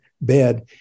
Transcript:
bed